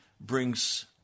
brings